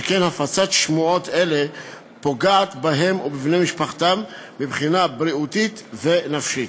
שכן הפצת שמועות כאלה פוגעת בהם ובבני משפחתם מבחינה בריאותית ונפשית.